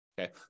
Okay